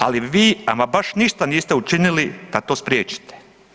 Ali vi ama baš ništa niste učinili da to spriječite.